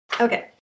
Okay